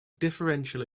differential